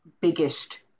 biggest